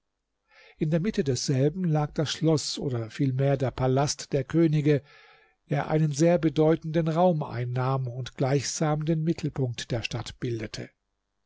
in der mitte desselben lag das schloß oder vielmehr der palast der könige der einen sehr bedeutenden raum einnahm und gleichsam den mittelpunkt der stadt bildete